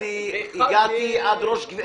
שהגעתי כבר עד תומר